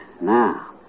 Now